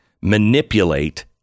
manipulate